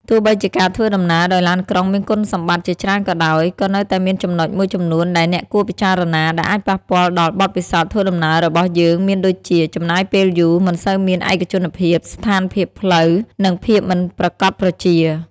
ទោះបីជាការធ្វើដំណើរដោយឡានក្រុងមានគុណសម្បត្តិជាច្រើនក៏ដោយ ក៏នៅតែមានចំណុចមួយចំនួនដែលអ្នកគួរពិចារណា ដែលអាចប៉ះពាល់ដល់បទពិសោធន៍ធ្វើដំណើររបស់យើងមានដូចជា ចំណាយពេលយូរ មិនសូវមានឯកជនភាព ស្ថានភាពផ្លូវ និងភាពមិនប្រាកដប្រជា។